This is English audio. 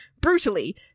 brutally